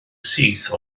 syth